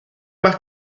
más